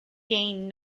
gained